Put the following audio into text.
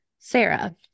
Sarah